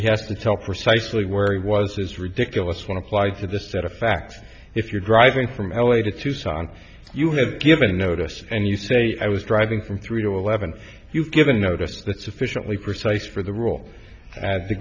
he has to tell precisely where he was is ridiculous when applied to the set of facts if you're driving from l a to tucson you have given notice and you say i was driving from three to eleven you've given notice that sufficiently precise for the rule that the